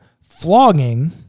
Flogging